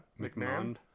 McMahon